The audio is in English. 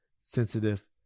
sensitive